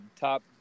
top